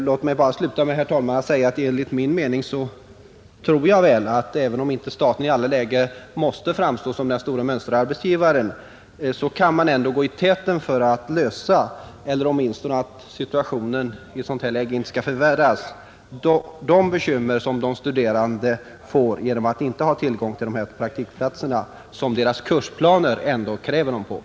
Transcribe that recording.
Låt mig bara, herr talman, sluta med att säga att staten, även om den inte i alla lägen måste framstå som den store mönsterarbetsgivaren, ändå enligt min mening kunde gå i täten med ett gott föredöme i situationer som denna och se till att inte bekymren för de studerande på grund av bristen på praktikplatser förvärras. Deras kursplaner förutsätter ändå att de skall ha sådan praktiktjänstgöring.